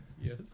Yes